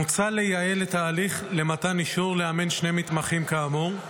מוצע לייעל את ההליך למתן אישור לאמן שני מתמחים כאמור,